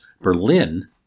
Berlin